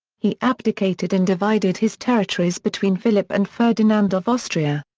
he abdicated and divided his territories between philip and ferdinand of austria.